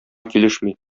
килешми